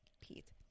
Pete